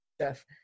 Jeff